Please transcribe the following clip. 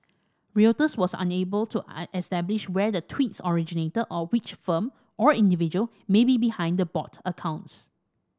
reuters was unable to an establish where the tweets originated or which firm or individual may be behind the bot accounts